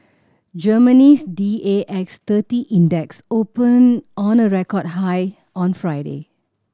Germany's D A X thirty Index opened on a record high on Friday